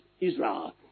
Israel